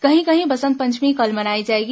कहीं कहीं बसंत पंचमी कल मनाई जाएगी